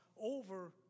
over